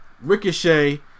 Ricochet